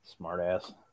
Smartass